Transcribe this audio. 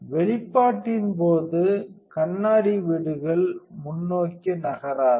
வெளிப்பாட்டின் போது கண்ணாடி வீடுகள் முன்னோக்கி நகராது